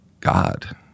God